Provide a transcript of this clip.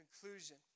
conclusion